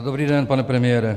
Dobrý den, pane premiére.